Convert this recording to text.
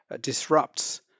disrupts